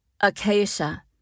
acacia